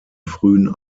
frühen